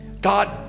God